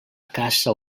caça